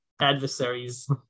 adversaries